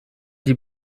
die